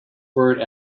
word